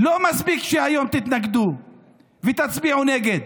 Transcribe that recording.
לא מספיק שהיום תתנגדו ותצביעו נגד.